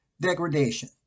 degradation